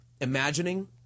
Imagining